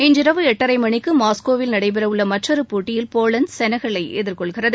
இன்றிரவு எட்டரை மணிக்கு மாஸ்கோவில் நடைபெற உள்ள மற்றொரு போட்டியில் போலந்து செனகல்லை எதிர்கொள்கிறது